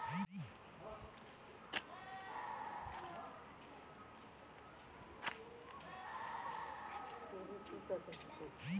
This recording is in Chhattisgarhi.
टेक्टर हर आघु आघु रहथे ता टराली हर ओकर पाछू पाछु चलथे